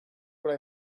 what